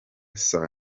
saa